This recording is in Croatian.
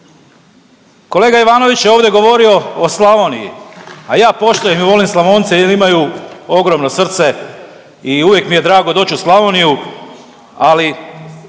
Kolega Ivanović je ovdje govorio o Slavoniji, a ja poštujem i volim Slavonce jel imaju ogromno srce i uvijek mi je drago doć u Slavoniju, ali